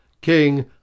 King